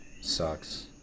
sucks